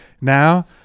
now